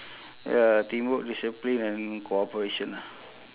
ya teamwork discipline and cooperation ah